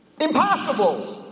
Impossible